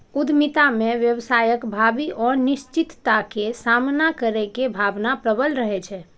उद्यमिता मे व्यवसायक भावी अनिश्चितता के सामना करै के भावना प्रबल रहै छै